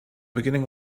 beginning